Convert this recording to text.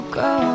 go